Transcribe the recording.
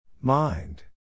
Mind